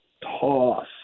toss